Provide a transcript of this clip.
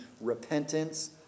repentance